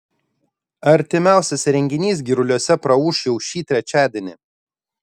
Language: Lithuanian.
artimiausias renginys giruliuose praūš jau šį trečiadienį